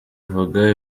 avuga